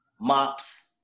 mops